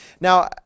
Now